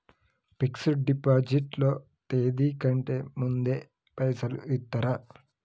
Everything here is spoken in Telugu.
ఫిక్స్ డ్ డిపాజిట్ లో తేది కంటే ముందే పైసలు ఇత్తరా?